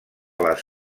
les